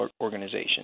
organization